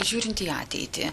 žiūrint į ateitį